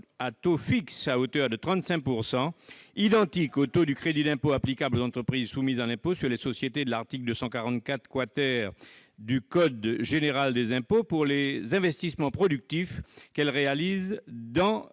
à taux fixe à hauteur de 35 %, identique au taux du crédit d'impôt applicable aux entreprises soumises à l'impôt sur les sociétés par l'article 244 W du code général des impôts pour les investissements productifs qu'elles réalisent dans les